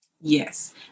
Yes